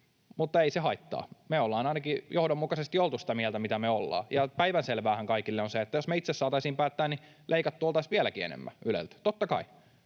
Mutta ei se haittaa, me ollaan ainakin johdonmukaisesti oltu sitä mieltä, mitä me ollaan, ja päivänselväähän kaikille on se, että jos me itse saataisiin päättää, niin oltaisiin leikattu vieläkin enemmän Yleltä, totta kai.